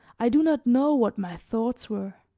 i do not know what my thoughts were